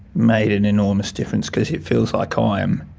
made an enormous difference because it feels like i am,